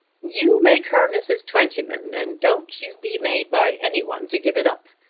you make her mrs. twentyman, and don't you be made by any one to give it up.